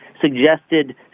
suggested